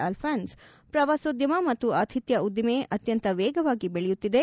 ಆಲ್ಫೌನ್ಸ್ ಪ್ರವಾಸೋದ್ಯಮ ಮತ್ತು ಆತಿಥ್ಯ ಉದ್ದಿಮೆ ಅತ್ಯಂತ ವೇಗವಾಗಿ ಬೆಳೆಯುತ್ತಿದೆ